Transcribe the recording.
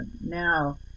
now